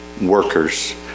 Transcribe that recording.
workers